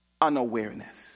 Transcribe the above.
unawareness